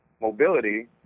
mobility